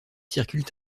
circulent